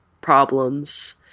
problems